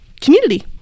community